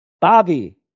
Bobby